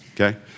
Okay